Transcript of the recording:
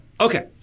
Okay